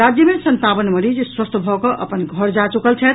राज्य मे संतावन मरीज स्वस्थ भऽ कऽ अपन घर जा चुकल छथि